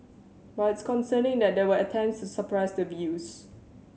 but it's concerning that there were attempts to suppress the views